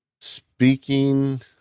Speaking